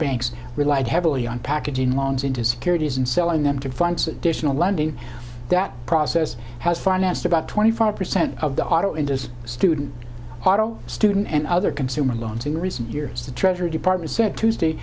banks relied heavily on packaging longs into securities and selling them to funds lundy that process has financed about twenty five percent of the auto industry student auto student and other consumer loans in recent years the treasury department said tuesday